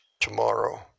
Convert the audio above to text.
tomorrow